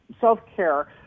self-care